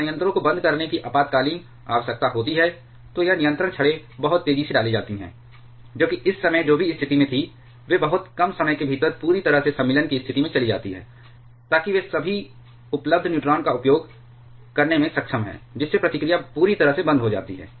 जब संयंत्रों को बंद करने की आपातकालीन आवश्यकता होती है तो यह नियंत्रण छड़ें बहुत तेजी से डाली जाती हैं जो कि इस समय जो भी स्थिति में थीं वे बहुत कम समय के भीतर पूरी तरह से सम्मिलन की स्थिति में चली जाती हैं ताकि वे सभी उपलब्ध न्यूट्रॉन का उपभोग करने में सक्षम हैं जिससे प्रतिक्रिया पूरी तरह से बंद हो जाती है